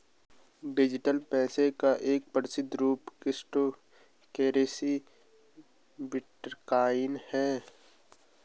digital पैसे का एक प्रसिद्ध रूप क्रिप्टो करेंसी बिटकॉइन है